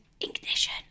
ignition